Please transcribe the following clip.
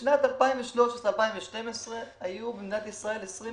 בשנים 2013-2012 היו במדינת ישראל 22